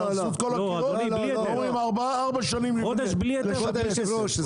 שלוקח ארבע שנים לחדש בו את הקירות.